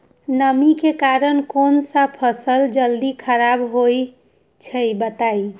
नमी के कारन कौन स फसल जल्दी खराब होई छई बताई?